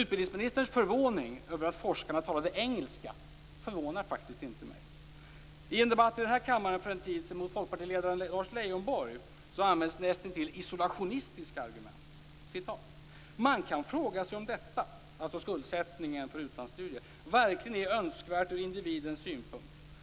Utbildningsministerns förvåning över att forskarna talade engelska förvånar faktiskt inte mig. I en debatt i den här kammaren för en tid sedan mot folkpartiledaren Lars Leijonborg användes nästintill isolationistiska argument. "Man kan fråga sig om detta", dvs. skuldsättningen för utlandsstudier, "verkligen är önskvärt ur individens synpunkt.